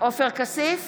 עופר כסיף,